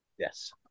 Yes